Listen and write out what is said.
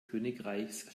königreichs